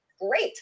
great